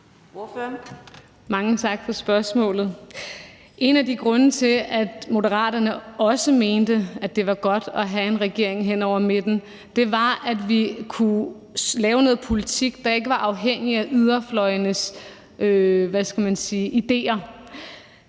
Mange tak for spørgsmålet. En af grundene til, at Moderaterne også mente, at det var godt at have en regering hen over midten, var, at vi kunne lave noget politik, der ikke var afhængig af yderfløjenes idéer.